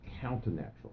counter-natural